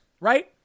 right